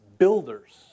Builders